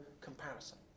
comparison